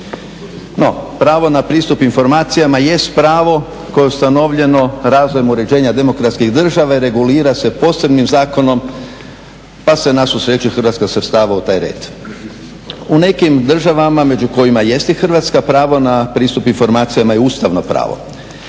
No pravo na pristup informacijama jest pravo koje je ustanovljeno razvojem uređenja demokratskih država i regulira se posebnim zakonom pa se na svu sreću i Hrvatska svrstava u taj red. U nekim državama, među kojima jest i Hrvatska, pravo na pristup informacijama je ustavno pravo.